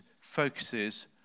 focuses